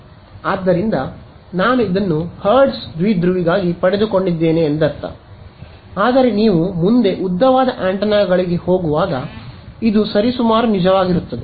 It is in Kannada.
ಆದ್ದರಿಂದ ನಾನು ಇದನ್ನು ಹರ್ಟ್ಜ್ ದ್ವಿಧ್ರುವಿಗಾಗಿ ಪಡೆದುಕೊಂಡಿದ್ದೇನೆ ಎಂದರ್ಥ ಆದರೆ ನೀವು ಮುಂದೆ ಉದ್ದವಾದ ಆಂಟೆನಾಗಳಿಗೆ ಹೋಗುವಾಗ ಇದು ಸರಿಸುಮಾರು ನಿಜವಾಗುತ್ತದೆ